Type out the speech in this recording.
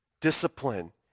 discipline